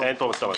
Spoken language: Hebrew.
אין פה את המטוס.